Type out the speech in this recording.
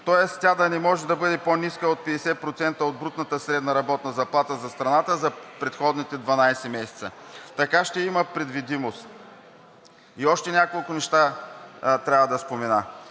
Тоест тя да не може да бъде по-ниска от 50% от брутната средна работна заплата за страната за предходните 12 месеца. Така ще има предвидимост. И още няколко неща трябва да спомена.